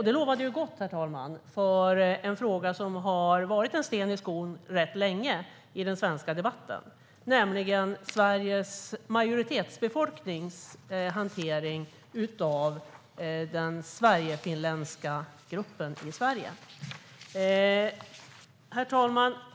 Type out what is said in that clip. Det lovade gott för en fråga som i den svenska debatten har varit en sten i skon rätt länge, nämligen Sveriges majoritetsbefolknings hantering av den sverigefinländska gruppen i Sverige. Herr talman!